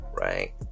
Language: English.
right